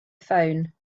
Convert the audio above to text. phone